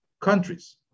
countries